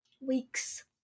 Weeks